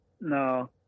No